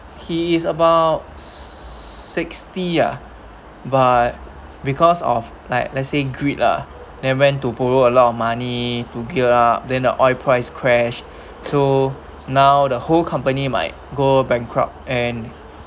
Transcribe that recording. he is about sixty ah but because of like let's say greed lah then went to borrow a lot of money to gear up then the oil price crash so now the whole company might go bankrupt and